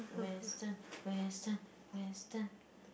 Western Western Western